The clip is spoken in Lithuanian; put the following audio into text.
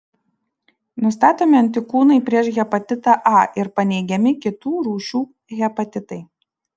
nustatomi antikūnai prieš hepatitą a ir paneigiami kitų rūšių hepatitai